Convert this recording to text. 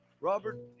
Robert